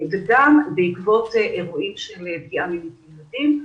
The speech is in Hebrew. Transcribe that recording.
וגם בעקבות אירועים של פגיעה מינית בילדים.